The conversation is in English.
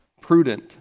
prudent